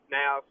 now